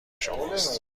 شماست